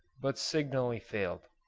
but signally failed.